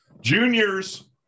juniors